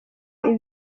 ibi